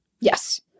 yes